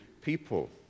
people